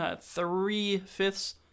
three-fifths